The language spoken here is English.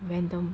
random